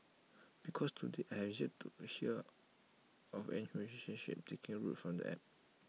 because to date I have yet to hear of any relationship taking root from the app